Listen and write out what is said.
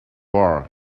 are